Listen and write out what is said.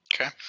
okay